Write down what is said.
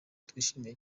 twishimiye